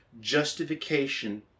justification